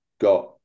got